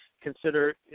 consider